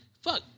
Fuck